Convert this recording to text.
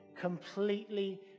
completely